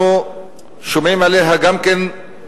אנחנו שומעים עליה גם מאנשים,